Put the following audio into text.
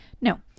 No